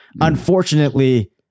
Unfortunately